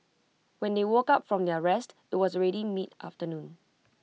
when they woke up from their rest IT was ready mid afternoon